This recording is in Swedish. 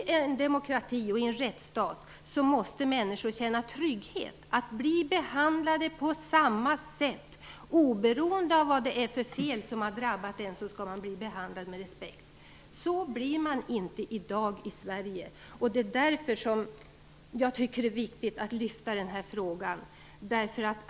I en demokrati och en rättsstat måste människor känna trygghet och bli behandlade på samma sätt. Oberoende av vad det är för fel som har drabbat en skall man bli behandlad med respekt. Det blir man inte i dag i Sverige. Därför tycker jag att det är viktigt att lyfta fram den här frågan.